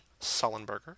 Sullenberger